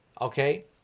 okay